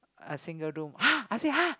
a single room !huh! I say !huh!